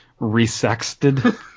resexted